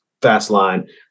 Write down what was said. FastLine